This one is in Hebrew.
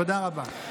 תודה רבה.